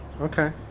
Okay